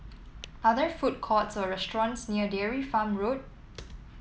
are there food courts or restaurants near Dairy Farm Road